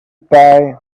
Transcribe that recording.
pie